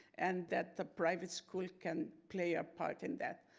and that the private school can play a part in that.